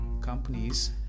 companies